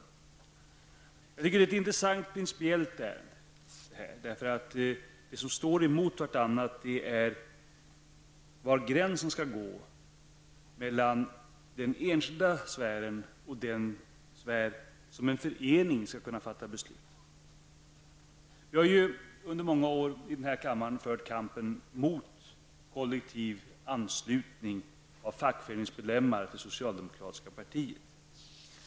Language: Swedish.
Frågan är principiellt intressant, eftersom det som står emot vartannat är uppfattningarna om var gränserna skall gå mellan den enskilda sfären och den sfär som en förening skall kunna fatta beslut om. I den här kammaren har vi ju under många år fört kampen mot kollektiv anslutning av fackföreningsmedlemmar till det socialdemokratiska partiet.